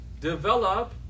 develop